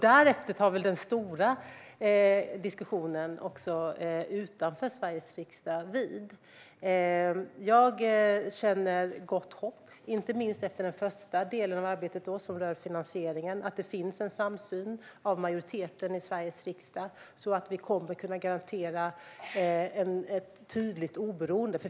Därefter tar väl den stora diskussionen vid, också utanför Sveriges riksdag. Jag känner gott hopp, inte minst efter den första delen av arbetet som rör finansieringen, om att det finns en samsyn hos majoriteten i Sveriges riksdag. Vi kommer att kunna garantera ett tydligt oberoende.